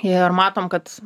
ir matom kad